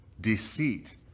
deceit